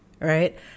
Right